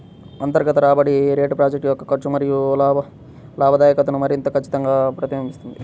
అంతర్గత రాబడి రేటు ప్రాజెక్ట్ యొక్క ఖర్చు మరియు లాభదాయకతను మరింత ఖచ్చితంగా ప్రతిబింబిస్తుంది